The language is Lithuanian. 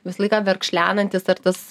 visą laiką verkšlenantis ar tas